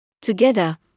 Together